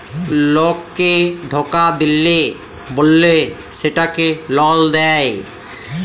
লককে ধকা দিল্যে বল্যে সেটকে লল দেঁয়